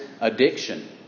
addiction